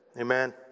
Amen